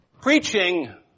preaching